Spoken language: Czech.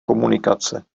komunikace